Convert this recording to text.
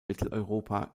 mitteleuropa